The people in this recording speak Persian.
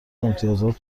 امتیازتان